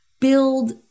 build